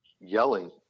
yelling